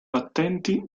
battenti